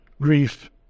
grief